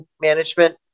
management